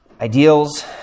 ideals